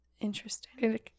Interesting